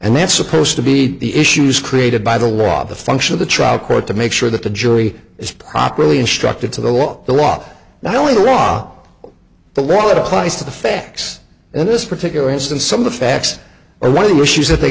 and that's supposed to be the issues created by the law the function of the trial court to make sure that the jury is properly instructed to the law the law not only the raw the law that applies to the facts in this particular instance some of the facts are one of the issues that they